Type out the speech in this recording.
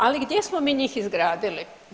Ali gdje smo mi njih izgradili?